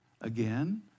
again